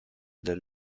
del